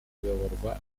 kuyoborwa